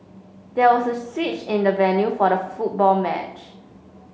there was a switch in the venue for the football match